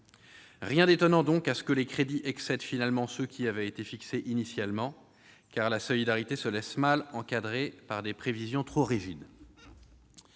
Rien d'étonnant, donc, à ce que les crédits excèdent finalement ceux qui avaient été fixés initialement, car la solidarité se laisse mal encadrer par des prévisions trop rigides.